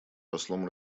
послом